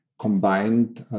combined